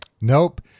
Nope